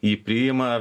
jį priima